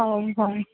ହଉ ହଉ